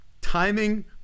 timing